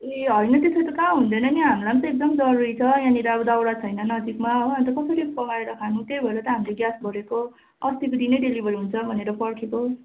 ए होइन त्यस्तो त कहाँ हुँदैन नि हामीलाई पनि त एकदम जरुरी छ यहाँनिर अब दउरा छैन नजिकमा हो अन्त कसरी पकाएर खानु त्यही भएर त हामीले ग्यास भरेको अस्तिको दिन नै डेलिभेरी हुन्छ भनेर पर्खेको